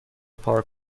پارک